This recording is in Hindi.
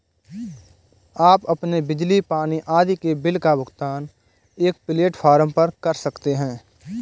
आप अपने बिजली, पानी आदि के बिल का भुगतान एक प्लेटफॉर्म पर कर सकते हैं